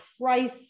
price